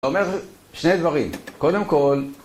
זה אומר שני דברים, קודם כל...